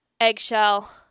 eggshell